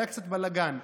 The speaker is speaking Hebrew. היה קצת בלגן,